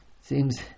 seems